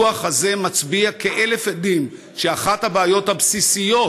הדוח הזה מצביע כאלף עדים שאחת הבעיות הבסיסיות